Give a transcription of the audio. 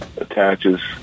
attaches